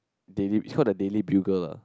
daily it's called the daily bugle lah